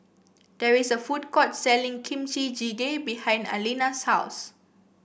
there is a food court selling Kimchi Jjigae behind Aleena's house